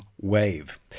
wave